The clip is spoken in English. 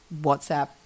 whatsapp